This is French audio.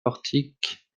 portique